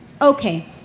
Okay